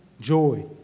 joy